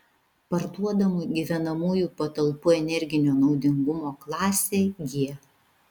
parduodamų gyvenamųjų patalpų energinio naudingumo klasė g